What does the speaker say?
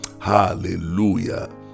Hallelujah